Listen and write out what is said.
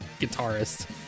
guitarist